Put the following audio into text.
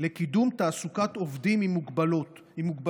לקידום תעסוקת עובדים עם מוגבלות,